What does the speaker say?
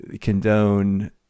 condone